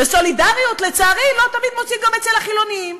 וסולידריות לצערי לא תמיד מוצאים אצל החילונים.